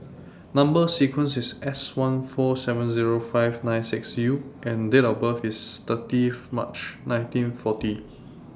Number sequence IS S one four seven Zero five nine six U and Date of birth IS thirty of March nineteen forty